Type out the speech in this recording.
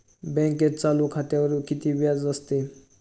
बँकेत चालू खात्यावर किती व्याज असते?